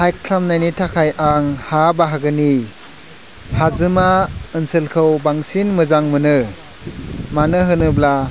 हाइक खालामनायनि थाखाय आं हा बाहागोनि हाजोमा ओनसोलखौ बांसिन मोजां मोनो मानो होनोब्ला